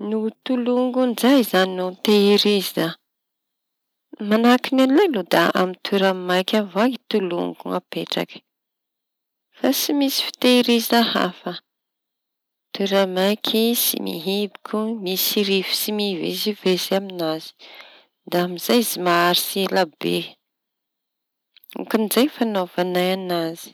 No tolongo ndray izañy no tehirizy da; manahaky ny anay aloha da amin'ny toera- maiky avao i tolongo no apetraky fa tsy misy fitehiriza hafa. Toera maiky tsy mihiboky, misy rivotsy mivezivezy amin'azy da amizay izy maharitsy elabe. ôkan'izay fañaovanay an'azy.